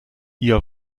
ihr